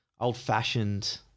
old-fashioned